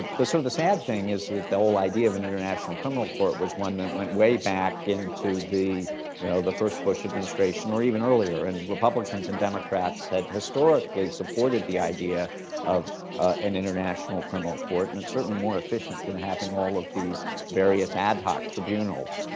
the sort of the sad thing is that the whole idea of an international criminal court was one that went way back into the you know, the first bush administration or even earlier, and republicans and democrats had historically supported the idea of an international criminal court, and it's certainly more efficient than having all of these various ad hoc tribunals.